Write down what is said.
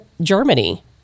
Germany